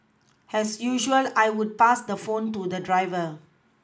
has usual I would pass the phone to the driver